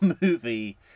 movie